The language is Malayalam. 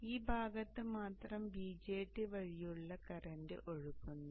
അതിനാൽ ഈ ഭാഗത്ത് മാത്രം BJT വഴിയുള്ള കറന്റ് ഒഴുകുന്നു